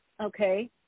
okay